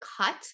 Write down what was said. cut